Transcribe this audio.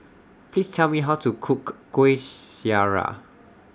Please Tell Me How to Cook Kuih Syara